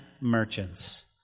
merchants